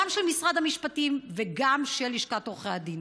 גם של משרד המשפטים וגם של לשכת עורכי הדין.